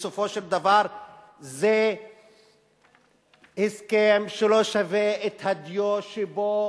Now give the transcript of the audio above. בסופו של דבר זה הסכם שלא שווה את הדיו שבו